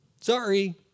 Sorry